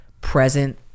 present